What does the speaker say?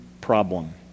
problem